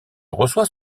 reçoit